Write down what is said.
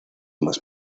más